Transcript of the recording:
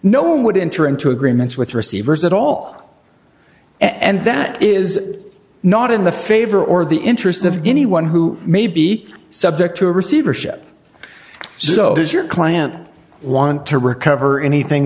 no one would enter into agreements with receivers at all and that is not in the favor or the interest of anyone who may be subject to a receivership so does your client want to recover anything